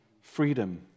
freedom